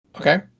Okay